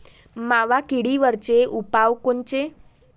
मावा किडीवरचे उपाव कोनचे?